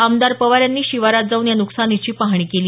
आमदार पवार यांनी शिवारात जाऊन या नुकसानीची पाहणी केली